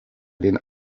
den